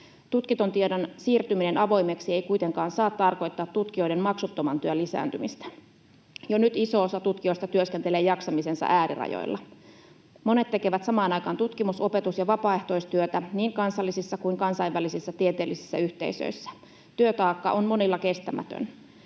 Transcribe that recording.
Tutkitun tiedon siirtyminen avoimeksi ei kuitenkaan saa tarkoittaa tutkijoiden maksuttoman työn lisääntymistä. Jo nyt iso osa tutkijoista työskentelee jaksamisensa äärirajoilla. Monet tekevät samaan aikaan tutkimus‑, opetus‑ ja vapaaehtoistyötä niin kansallisissa kuin kansainvälisissä tieteellisissä yhteisöissä. Työtaakka on monilla kestämätön.